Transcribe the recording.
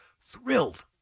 Thrilled